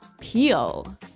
peel